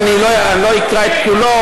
אני לא אקרא את כולו,